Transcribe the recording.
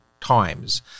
times